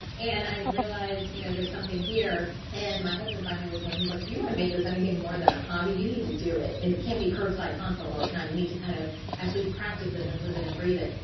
i realized you know there's something here and my husband finally was going, he's like, if you want to make this anything more than a hobby you need to do it, and it can't be curbside consult all the time. you need to kind of actually practice it and live it and breathe it.